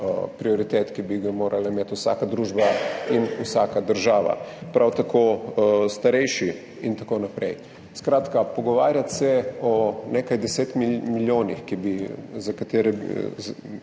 ki bi ga morala imeti vsaka družba in vsaka država, prav tako starejši in tako naprej. Skratka, pogovarjati se o nekaj 10 milijonih, kolikor